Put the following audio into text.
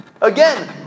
Again